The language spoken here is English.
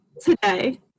today